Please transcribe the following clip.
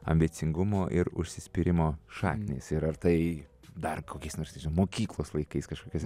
ambicingumo ir užsispyrimo šaknys ir ar tai dar kokiais nors mokyklos laikais kažkokiose